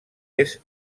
est